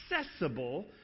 accessible